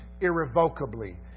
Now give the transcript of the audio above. irrevocably